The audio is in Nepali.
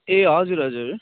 ए हजुर हजुर